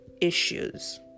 issues